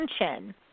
attention